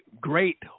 great